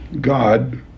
God